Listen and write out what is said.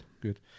good